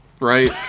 right